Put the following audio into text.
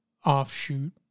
Offshoot